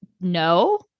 no